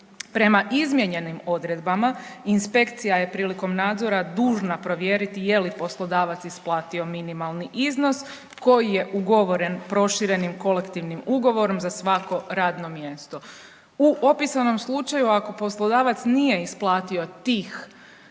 Prema izmijenjenim odredbama inspekcija je prilikom nadzora dužna provjeriti je li poslodavac isplatio minimalni iznos koji je ugovoren proširenim kolektivnim ugovorom za svako radno mjesto. U opisanom slučaju ako poslodavac nije isplatio tih